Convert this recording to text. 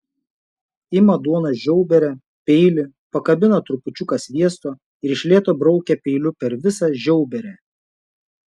ima duonos žiauberę peilį pakabina trupučiuką sviesto ir iš lėto braukia peiliu per visą žiauberę